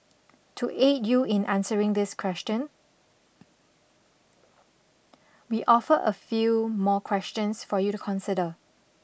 to aid you in answering this question we offer a few more questions for you to consider